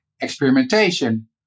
experimentation